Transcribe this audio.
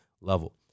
level